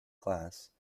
class